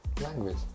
language